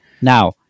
Now